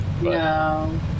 No